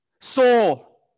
Soul